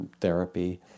therapy